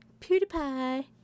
pewdiepie